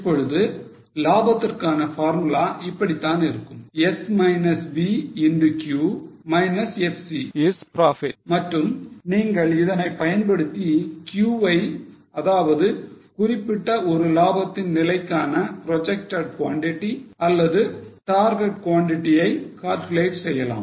இப்பொழுது லாபத்திற்கான formula இப்படித்தான் இருக்கும் S minus V into Q minus FC is profit மற்றும் நீங்கள் இதனை பயன்படுத்தி Q வை அதாவது குறிப்பிட்ட ஒரு லாபத்தின் நிலைக்கான projected quantity அல்லது target quantity ஐ calculate செய்யலாம்